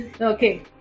Okay